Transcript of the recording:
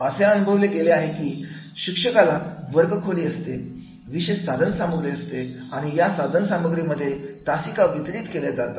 असे अनुभवले गेले आहे की शिक्षकाला वर्गखोली असते विशेष साधन सामग्री असते आणि या साधनसामग्री मध्ये तासिका वितरित केले जातात